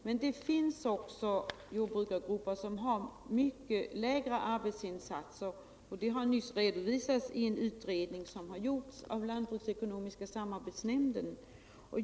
Men det finns också jordbrukargrupper som gör mycket lägre arbetsinsatser, och det har nyss redovisats i en utredning som har gjorts av lantbruksekonomiska samarbetsnämnden.